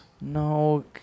No